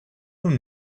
own